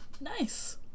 Nice